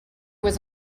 was